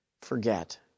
forget